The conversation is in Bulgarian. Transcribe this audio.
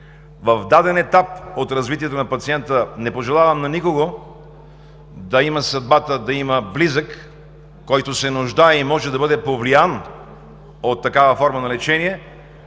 в даден етап от развитието на пациента, не пожелавам на никого да има съдбата, да има близък, който се нуждае и може да бъде повлиян от такава форма на лечение,